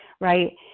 right